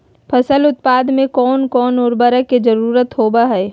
फसल उत्पादन में कोन कोन उर्वरक के जरुरत होवय हैय?